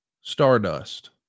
Stardust